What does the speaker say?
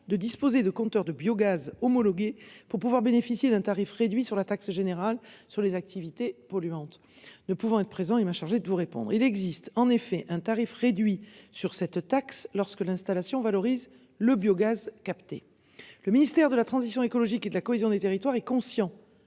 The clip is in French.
de disposer de compteur de biogaz homologué pour pouvoir bénéficier d'un tarif réduit sur la taxe générale sur les activités polluantes ne pouvant être présent il m'a chargé de vous répondre. Il existe en effet un tarif réduit sur cette taxe lorsque l'installation valorisent le biogaz capter le ministère de la transition écologique et de la cohésion des territoires et conscient